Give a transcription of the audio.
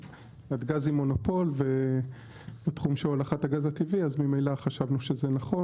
גז היא מונופול ותחום של הולכת הגז הטבעי אז ממילא חשבנו שזה נכון,